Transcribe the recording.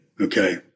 okay